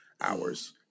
hours